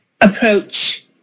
approach